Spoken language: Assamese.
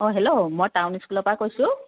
অ হেল্ল' মই টাউন স্কুলৰ পৰা কৈছোঁ